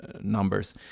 numbers